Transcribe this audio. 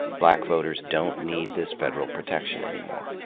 black voters don't need this federal protection anymore.